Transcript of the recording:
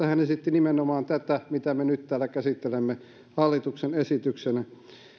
hän esitti nimenomaan tätä mitä me nyt täällä käsittelemme hallituksen esityksenä